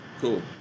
cool